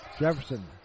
Jefferson